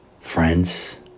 friends